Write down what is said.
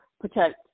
protect